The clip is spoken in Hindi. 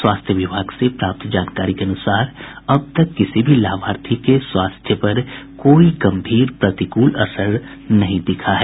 स्वास्थ्य विभाग से प्राप्त जानकारी के अनुसार अब तक किसी भी लाभार्थी के स्वास्थ्य पर कोई गंभीर प्रतिकूल असर नहीं दिखा है